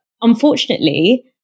unfortunately